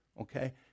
okay